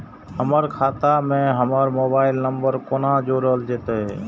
हमर खाता मे हमर मोबाइल नम्बर कोना जोरल जेतै?